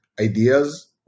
ideas